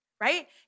right